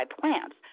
plants